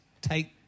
take